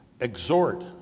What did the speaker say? exhort